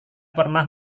pernah